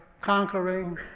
conquering